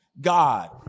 God